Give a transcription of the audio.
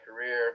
career